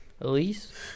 Elise